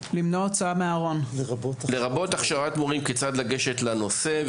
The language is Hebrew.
בנושא, לרבות הכשרת מורים כיצד לגשת לנושא.